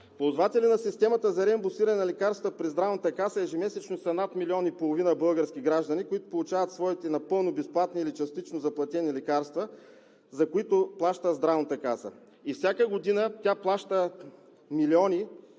Ползватели на системата за реимбурсиране на лекарства през Здравната каса ежемесечно са над 1,5 милиона български граждани, които получават своите напълно безплатни или частично заплатени лекарства, за които плаща Здравната каса. Всяка година тя плаща милиони